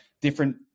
different